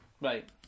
Right